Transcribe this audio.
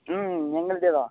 ம் எங்களுதே தான்